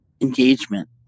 engagement